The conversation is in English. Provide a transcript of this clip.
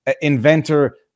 inventor